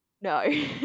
No